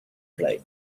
play